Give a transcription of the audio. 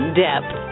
depth